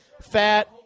fat